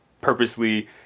purposely